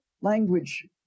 language